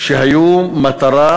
שהיו מטרה,